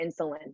insulin